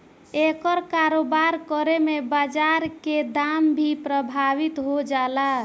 एकर कारोबार करे में बाजार के दाम भी प्रभावित हो जाला